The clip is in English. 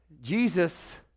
Jesus